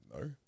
no